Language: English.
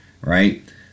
right